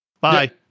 Bye